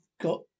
got